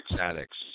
addicts